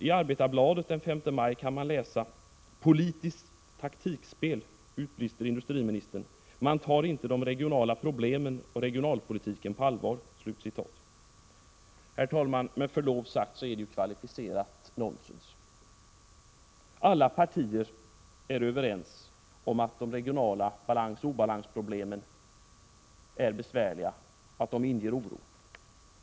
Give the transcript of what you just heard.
I Arbetarbladet den 5 maj kunde man läsa: ””Politiskt taktikspel”, utbrister industriministern, ”man tar inte de regionala problemen och regionalpolitiken på allvar ”. Herr talman! Med förlov sagt är ju detta kvalificerat nonsens! Alla partier är överens om att de regionala balans/obalansproblemen är besvärliga och inger oro.